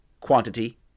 quantity